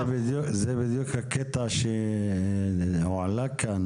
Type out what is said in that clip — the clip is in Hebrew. זה בדיוק הקטע שהועלה כאן,